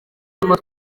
nyuma